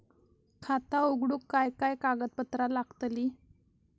खाता उघडूक काय काय कागदपत्रा लागतली?